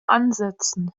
ansetzen